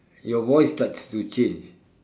your voice starts to change